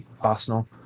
Arsenal